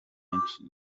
menshi